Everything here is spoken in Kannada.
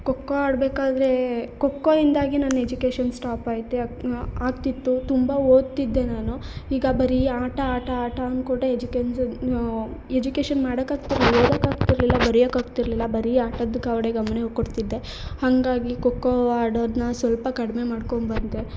ಖೋಖೋ ಆಡಬೇಕಾದ್ರೆ ಖೋಖೋದಿಂದಾಗಿ ನನ್ನ ಎಜುಕೇಷನ್ ಸ್ಟಾಪ್ ಆಯಿತು ಆಗ್ತಿತ್ತು ತುಂಬ ಓದ್ತಿದ್ದೆ ನಾನು ಈಗ ಬರೀ ಆಟ ಆಟ ಆಟ ಅಂದ್ಕೊಂಡೇ ಎಜುಕೆನ್ಸನ್ ಎಜುಕೇಷನ್ ಮಾಡಕ್ಕೆ ಆಗ್ತಿರಲಿಲ್ಲ ಓದಕ್ಕೆ ಆಗ್ತಿರಲಿಲ್ಲ ಬರಿಯಕ್ಕೆ ಆಗ್ತಿರಲಿಲ್ಲ ಬರೀ ಆಟದ ಕಡೆ ಗಮನ ಕೊಡ್ತಿದ್ದೆ ಹಾಗಾಗಿ ಖೋಖೋ ಆಡೋದನ್ನ ಸ್ವಲ್ಪ ಕಡಿಮೆ ಮಾಡ್ಕೊಂಡ್ಬಂದೆ